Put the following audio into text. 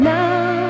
now